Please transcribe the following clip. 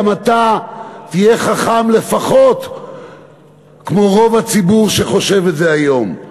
גם אתה תהיה חכם לפחות כמו רוב הציבור שחושב את זה היום.